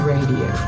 Radio